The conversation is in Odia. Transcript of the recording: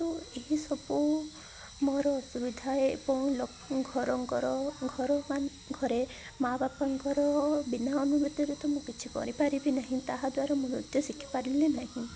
ତ ଏହିସବୁ ମୋର ଅସୁବିଧା ଏବଂ ଘରଙ୍କର ଘର ମାନେ ଘରେ ମା' ବାପାଙ୍କର ବିନା ଅନୁଭୂତିରେ ତ ମୁଁ କିଛି କରିପାରିବି ନାହିଁ ତାହାଦ୍ୱାରା ମୁଁ ନୃତ୍ୟ ଶିଖିପାରିଲି ନାହିଁ